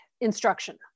instruction